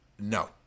no